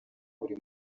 buri